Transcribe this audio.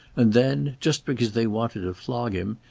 and then, just because they wanted to flog him,